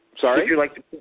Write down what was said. Sorry